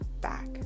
back